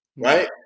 Right